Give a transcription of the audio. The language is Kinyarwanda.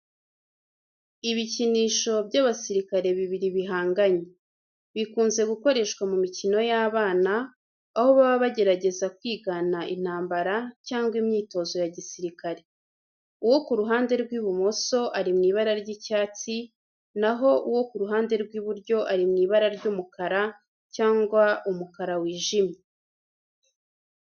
Ibikinisho by’abasirikare bibiri bihanganye. bikunze gukoreshwa mu mikino y’abana, aho baba bagerageza kwigana intambara cyangwa imyitozo ya gisirikare. Uwo ku ruhande rw’ibumoso ari mu ibara ry’icyatsi na ho uwo ku ruhande rw'iburyo ari mu ibara ry'umukara cyangwa umukara wijimye.